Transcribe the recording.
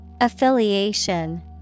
Affiliation